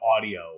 audio